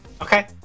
Okay